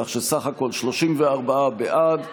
כך שבסך הכול 34 בעד,